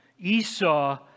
Esau